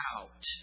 out